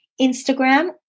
Instagram